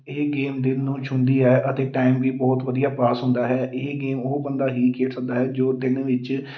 ਇਹ ਗੇਮ ਦਿਲ ਨੂੰ ਛੂਹੰਦੀ ਹੈ ਅਤੇ ਟਾਈਮ ਵੀ ਬਹੁਤ ਵਧੀਆ ਪਾਸ ਹੁੰਦਾ ਹੈ ਇਹ ਗੇਮ ਉਹ ਬੰਦਾ ਹੀ ਖੇਡ ਸਕਦਾ ਹੈ ਜੋ ਤਿੰਨ ਵਿੱਚ